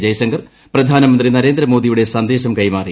ജയ്ശങ്കർ പ്രധാനമന്ത്രി നരേന്ദ്രമോദിയുടെ സന്ദേശം കൈമാറി